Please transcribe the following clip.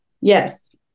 Yes